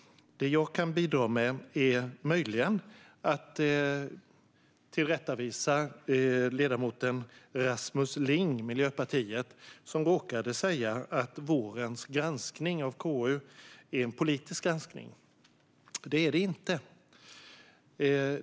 Det jag kan bidra med är möjligen att tillrättavisa ledamoten Rasmus Ling, Miljöpartiet, som råkade säga att vårens granskning av KU är en politisk granskning. Det är den inte.